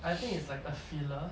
I think it's like a filler